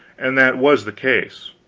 and that was the case.